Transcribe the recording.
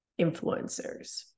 Influencers